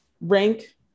rank